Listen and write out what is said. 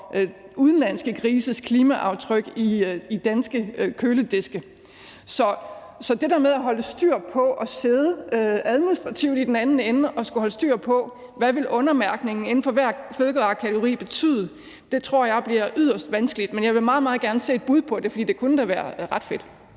for udenlandske grises klimaaftryk i danske kølediske. Så det der med at sidde i den anden ende og administrativt skulle holde styr på, hvad undermærkningen inden for hver fødevarekategori ville betyde, tror jeg bliver yderst vanskeligt. Men jeg vil meget, meget gerne se et bud på det, for det kunne da være ret fedt.